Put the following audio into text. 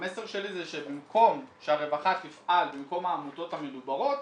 שבמקום שהרווחה תפעל במקום העמותות המדוברות,